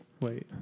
Wait